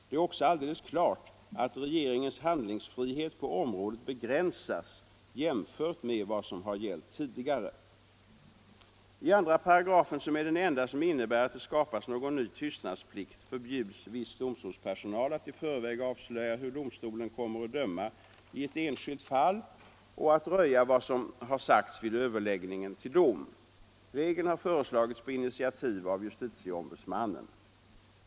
Det är också alldeles klart att regeringens handlingsfrihet på området begränsas jämfört med vad som har gällt tidigare. I 2§, som är den enda som innebär att det skapas någon ny tystnadsplikt, förbjuds viss domstolspersonal att i förväg avslöja hur domstolen kommer att döma i ett enskilt fall och att röja vad som har sagts vid överläggningen till dom. Regeln har föreslagits på initiativ av justitieombudsmannen.